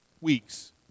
weeks